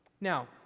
Now